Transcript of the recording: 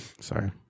Sorry